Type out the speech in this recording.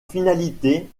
finalité